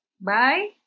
bye